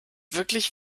wirklich